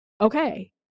okay